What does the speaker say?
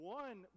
one